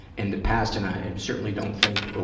in the past. and i and certainly don't think, oh,